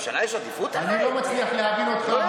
אני לא מצליח להבין אותך,